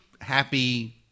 happy